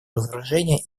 разоружения